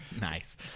Nice